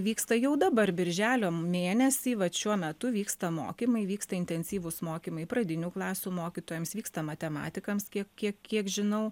vyksta jau dabar birželio mėnesį vat šiuo metu vyksta mokymai vyksta intensyvūs mokymai pradinių klasių mokytojams vyksta matematikams kiek kiek kiek žinau